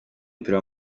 umupira